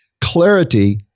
Clarity